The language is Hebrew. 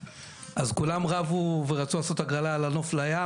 אז כולם רבו ורצו לעשות הגרלה על הנוף לים,